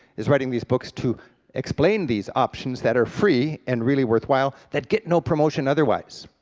is writing these books to explain these options that are free and really worthwhile, that get no promotion otherwise.